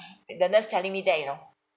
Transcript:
the nurse telling me that you know